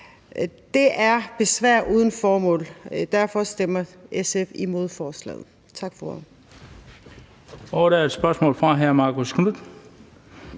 Det har desværre ikke noget formål, og derfor stemmer SF imod forslaget.